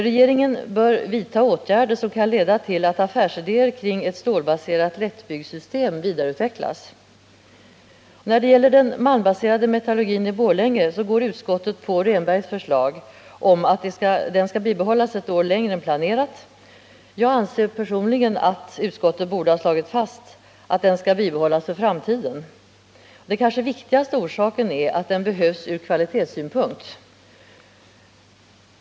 Regeringen bör vidta åtgärder som kan leda till att affärsidéer kring ett stålbaserat lättbyggsystem kan vidareutvecklas. När det gäller den malmbaserade metallurgin i Borlänge tillstyrker utskottsmajoriteten Rehnbergs förslag, som innebär att den skall bibehållas ett år längre än planerat. Jag anser personligen att utskottet borde ha slagit fast att den skall bibehållas för framtiden. Den kanske viktigaste orsaken till det är att den behövs ur kvalitetssynpunkt.